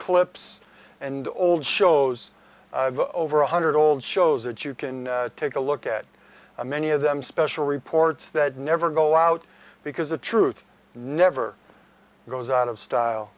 clips and old shows over one hundred old shows that you can take a look at many of them special reports that never go out because the truth never goes out of style